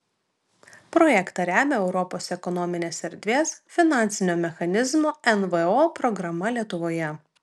projektą remia europos ekonominės erdvės finansinio mechanizmo nvo programa lietuvoje